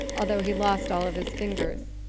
although he lost all of his fingers.